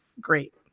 great